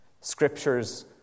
Scriptures